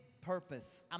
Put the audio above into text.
purpose